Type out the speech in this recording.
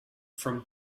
from